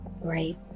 Right